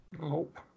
Nope